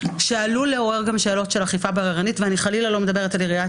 שעלול לעורר גם שאלות של אכיפה בררנית ואני חלילה לא מדברת על עיריית